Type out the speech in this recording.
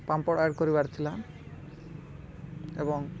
ପାମ୍ପଡ଼ ଆଡ଼ କରିବାର ଥିଲା ଏବଂ